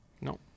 No